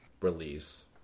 release